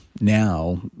now